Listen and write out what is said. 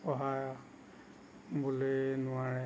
সহায় কৰিবলৈ নোৱাৰে